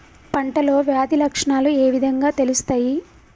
పంటలో వ్యాధి లక్షణాలు ఏ విధంగా తెలుస్తయి?